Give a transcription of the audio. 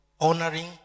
honoring